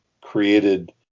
created